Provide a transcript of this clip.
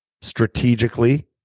strategically